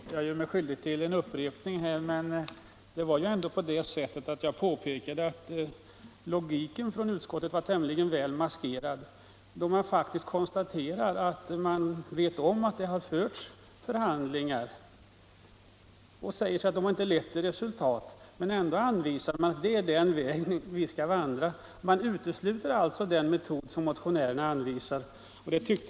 Fru talman! Jag gör mig skyldig till upprepning, men det är ju så som jag redan har påpekat att logiken i utskottets resonemang är tämligen väl maskerad. Utskottet vet om att det har förts förhandlingar och säger Nr 43 att dessa inte har lett till resultat. Ändå anvisar utskottet oss att vandra Torsdagen den den vägen och utesluter den metod som motionärerna anvisat.